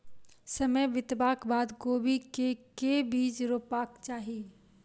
समय बितबाक बाद कोबी केँ के बीज रोपबाक चाहि?